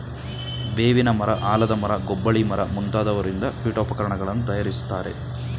ಬೇವಿನ ಮರ, ಆಲದ ಮರ, ಗೊಬ್ಬಳಿ ಮರ ಮುಂತಾದವರಿಂದ ಪೀಠೋಪಕರಣಗಳನ್ನು ತಯಾರಿಸ್ತರೆ